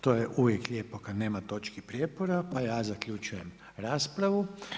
To je uvijek lijepo kad nema točki prijepora, pa ja zaključujem raspravu.